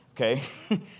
okay